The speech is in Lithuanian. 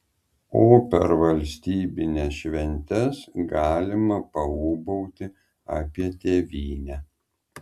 o per valstybines šventes galima paūbauti apie tėvynę